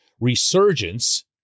resurgence